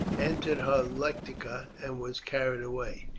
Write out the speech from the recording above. entered her lectica and was carried away.